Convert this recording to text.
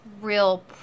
real